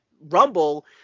Rumble